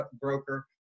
broker